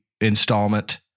installment